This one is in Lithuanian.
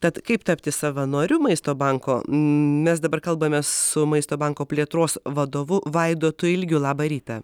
tad kaip tapti savanoriu maisto banko mes dabar kalbamės su maisto banko plėtros vadovu vaidotu ilgiu labą rytą